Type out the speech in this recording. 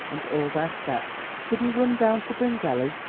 and all their set. should he run down to bryngelly?